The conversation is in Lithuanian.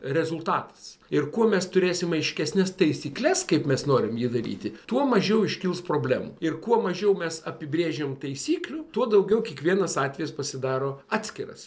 rezultatas ir kuo mes turėsim aiškesnes taisykles kaip mes norim jį daryti tuo mažiau iškils problemų ir kuo mažiau mes apibrėžiam taisyklių tuo daugiau kiekvienas atvejis pasidaro atskiras